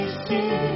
see